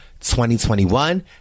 2021